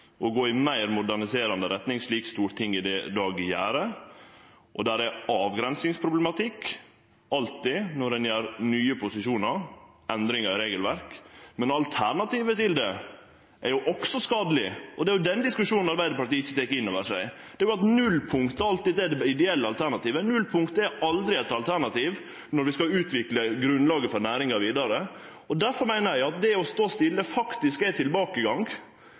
å gå i meir moderniserande retning, slik Stortinget i dag gjer, og det er alltid avgrensingsproblematikk når ein har nye posisjonar og gjer endringar i regelverk. Men alternativet til det er også skadeleg, og det er den diskusjonen Arbeidarpartiet ikkje tek inn over seg. Det var at nullpunktet alltid er det ideelle alternativet. Nullpunktet er aldri eit alternativ når vi skal utvikle grunnlaget for næringa vidare. Difor meiner eg at det å stå stille faktisk er ein tilbakegang,